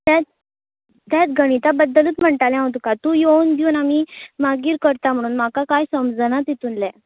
तेत तेत गणीत बद्दलूत म्हणटालें हांव तुका तूं येवन द्युवन आमी मागीर करता म्हुणून म्हाका कायच समजना तितुनलें